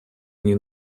они